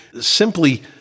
simply